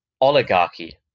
Oligarchy